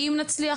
אם נצליח,